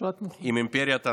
עם אימפריית הנדל"ן,